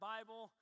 Bible